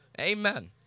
Amen